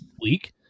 week